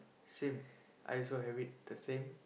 same I also have it the same